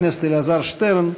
חבר הכנסת אלעזר שטרן,